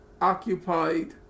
occupied